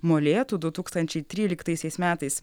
molėtų du tūkstančiai tryliktaisiais metais